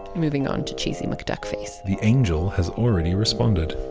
moving on to cheesy mcduckface the angel has already responded.